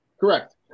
Correct